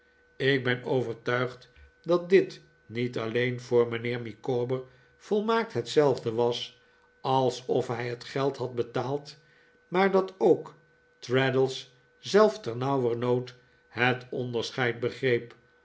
ik ben overtuigd dat dit niet alleen voor mijnheer micawber volmaakt hetzelfde was alsof hij het geld had betaald maar dat ook traddles zelf ternauwernood het onderscheid begreep